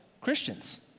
Christians